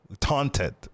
taunted